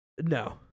No